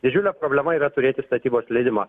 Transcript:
didžiulė problema yra turėti statybos leidimą